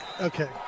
Okay